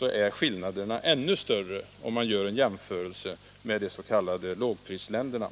är skillnaderna ännu större vid en jämförelse med de s.k. lågprisländerna.